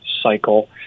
cycle